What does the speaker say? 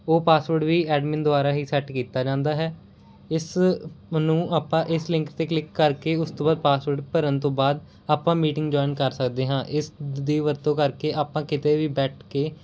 ਉਹ ਪਾਸਵਰਡ ਵੀ ਐਡਮਿਨ ਦੁਆਰਾ ਹੀ ਸੈੱਟ ਕੀਤਾ ਜਾਂਦਾ ਹੈ ਇਸ ਨੂੰ ਆਪਾਂ ਇਸ ਲਿੰਕ 'ਤੇ ਕਲਿੱਕ ਕਰਕੇ ਉਸ ਤੋਂ ਬਾਅਦ ਪਾਸਵਰਡ ਭਰਨ ਤੋਂ ਬਾਅਦ ਆਪਾਂ ਮੀਟਿੰਗ ਜੁਆਇਨ ਕਰ ਸਕਦੇ ਹਾਂ ਇਸ ਦੀ ਵਰਤੋਂ ਕਰਕੇ ਆਪਾਂ ਕਿਤੇ ਵੀ ਬੈਠ ਕੇ